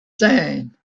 saying